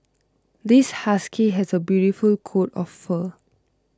this husky has a beautiful coat of fur